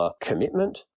commitment